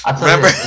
Remember